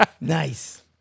nice